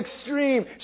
extreme